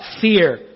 fear